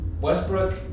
Westbrook